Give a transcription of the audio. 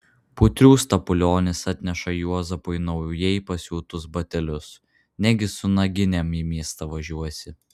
putrių stapulionis atneša juozapui naujai pasiūtus batelius negi su naginėm į miestą važiuosi